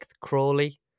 Crawley